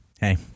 hey